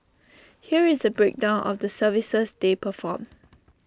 here is A breakdown of the services they perform